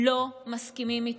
לא מסכימים איתם.